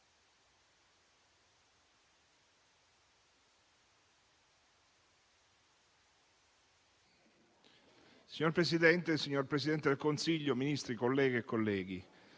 Signor Presidente, signor Presidente del Consiglio, Ministri, colleghe e colleghi,